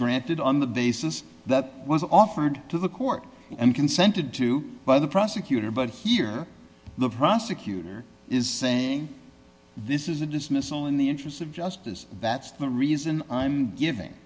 granted on the basis that was offered to the court and consented to by the prosecutor but here the prosecutor is saying this is a dismissal in the interests of justice that's the reason i'm giving